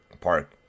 Park